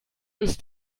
ist